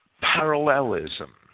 parallelism